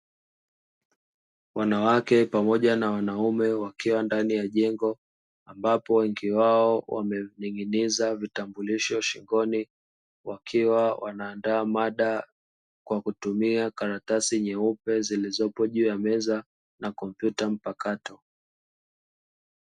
Wanawake pamoja na wanaume wakiwa ndani ya jengo, ambapo wengi wao wamening'iniza vitambulisho shingoni wakiwa wanaandaa mada kwa kutumia karatasi nyeupe zilizopo juu ya meza na kompyuta mpakato.